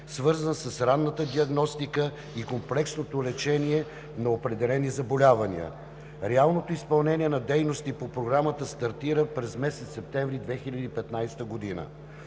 свързан с ранната диагностика и комплексното лечение на определени заболявания. Реалното изпълнение на дейности по Програмата стартира през месец септември 2015 г.